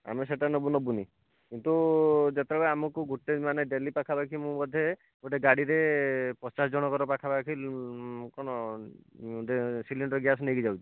ଆମେ ସେଟା ନେବୁ ନେବୁନି କିନ୍ତୁ ଯେତେବେଳେ ଆମକୁ ଗୁଟେ ମାନେ ଡ଼େଲି ପାଖାପାଖି ମୁଁ ବୋଧେ ଗୋଟେ ଗାଡ଼ିରେ ପଚାଶ ଜଣଙ୍କର ପାଖାପାଖି କ'ଣ ସିଲିଣ୍ଡର୍ ଗ୍ୟାସ୍ ନେଇକି ଯାଉଛି